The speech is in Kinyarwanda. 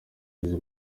ndetse